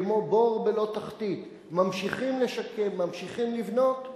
כמו בור בלא תחתית: ממשיכים לשקם, ממשיכים לבנות,